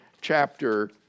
chapter